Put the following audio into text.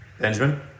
Benjamin